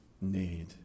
need